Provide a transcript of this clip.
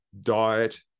diet